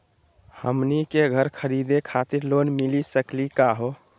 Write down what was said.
हमनी के घर खरीदै खातिर लोन मिली सकली का हो?